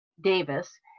Davis